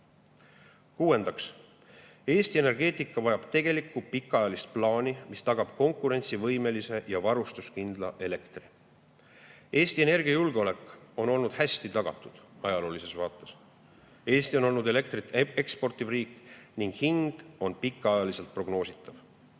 Kuuendaks, Eesti energeetika vajab tegelikku pikaajalist plaani, mis tagab konkurentsivõimelise ja varustuskindla elektri. Eesti energiajulgeolek on olnud hästi tagatud – ajaloolises vaates. Eesti on olnud elektrit eksportiv riik ning hind on olnud pikaajaliselt prognoositav.